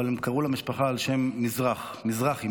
אבל הם קראו למשפחה על שם מזרח, מזרחי.